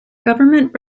government